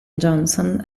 johnson